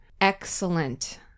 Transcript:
excellent